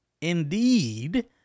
indeed